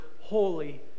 holy